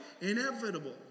inevitable